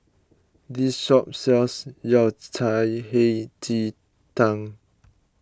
this shop sells Yao Cai Hei Ji Tang